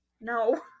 no